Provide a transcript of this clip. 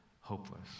hopeless